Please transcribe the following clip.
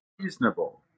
reasonable